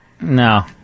No